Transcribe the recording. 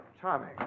charming